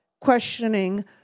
questioning